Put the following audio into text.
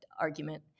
argument